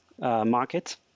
market